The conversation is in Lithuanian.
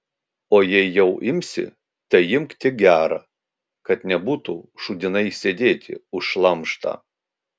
o jei jau imsi tai imk tik gerą kad nebūtų šūdinai sėdėti už šlamštą